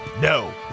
No